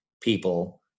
people